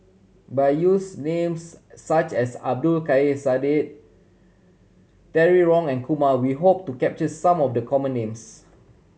by use names such as Abdul Kadir Syed Terry Wong and Kumar we hope to capture some of the common names